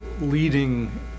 leading